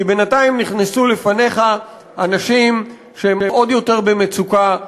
כי בינתיים נכנסו לפניך אנשים שהם עוד יותר במצוקה,